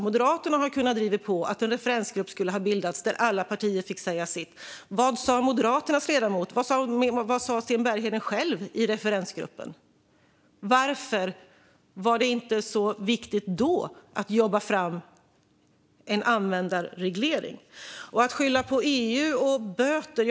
Moderaterna har kunnat driva på för att en referensgrupp skulle bildas där alla partier skulle få säga sitt. Vad sa Moderaternas ledamot? Vad sa Sten Bergheden själv i referensgruppen? Varför var det inte viktigt då att jobba fram en användarreglering? Man skyller på EU och böter.